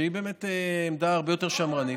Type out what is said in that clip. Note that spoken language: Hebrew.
שהיא הרבה יותר שמרנית,